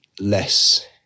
less